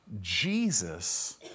Jesus